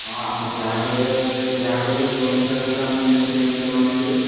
ହଁ ଆପଣ ଯାହା କହିବେ ଯାହା କହିବେ ଯେଉଁ ଅନୁସାରେ ଆମେ ସେହି ଅନୁସାରେ ବନାଇ ଦେବୁ